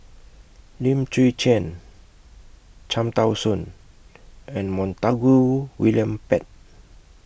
Lim Chwee Chian Cham Tao Soon and Montague William Pett